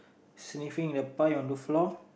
sniffing in the pie on the floor